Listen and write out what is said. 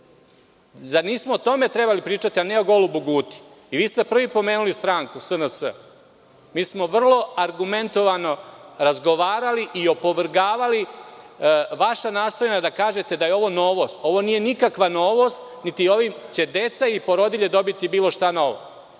Zar nismo o tome trebali pričati, a ne o golubu Guti? Vi ste prvi pomenuli stranku, SNS. Mi smo vrlo argumentovano razgovarali i opovrgavali vaša nastojanja da kažete da je ovo novost. Ovo nije nikakva novost, niti će ovim deca i porodilje dobiti bilo šta novo.